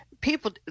People